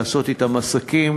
לעשות אתם עסקים,